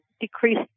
decrease